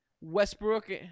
Westbrook